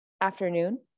afternoon